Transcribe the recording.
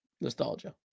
Nostalgia